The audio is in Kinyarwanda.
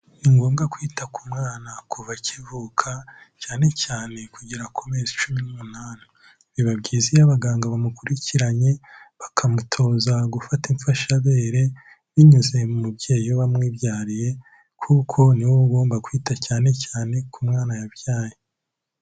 Ni ngombwa kwita ku mwana kuva akivuka cyane cyane kugera ku mezi cumi n'umunani. Biba byiza iyo abaganga bamukurikiranye, bakamutoza gufata imfashabere binyuze mu mubyeyi wamwibyariye kuko niwe ugomba kwita cyane cyane ku mwana yabyaye.